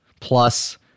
plus